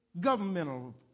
governmental